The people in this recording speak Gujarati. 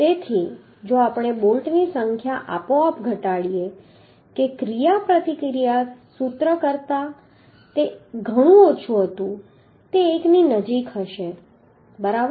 તેથી જો આપણે બોલ્ટની સંખ્યા આપોઆપ ઘટાડીએ કે ક્રિયાપ્રતિક્રિયા સૂત્ર તે 1 કરતા ઘણું ઓછું હતું તે 1 ની નજીક હશે બરાબર